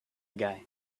guy